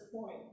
point